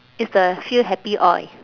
it's the feel happy oil